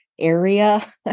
area